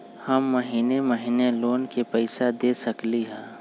हम महिने महिने लोन के पैसा दे सकली ह?